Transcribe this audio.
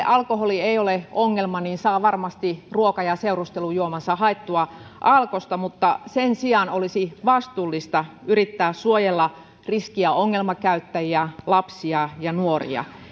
alkoholi ei ole ongelma saa varmasti ruoka ja seurustelujuomansa haettua alkosta mutta sen sijaan olisi vastuullista yrittää suojella riski ja ongelmakäyttäjiä lapsia ja nuoria